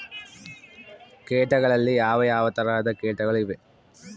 ಕೇಟಗಳಲ್ಲಿ ಯಾವ ಯಾವ ತರಹದ ಕೇಟಗಳು ಇವೆ?